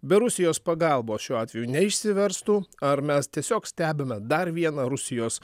be rusijos pagalbos šiuo atveju neišsiverstų ar mes tiesiog stebime dar vieną rusijos